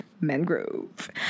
Mangrove